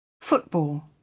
football